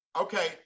Okay